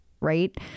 right